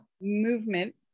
Movement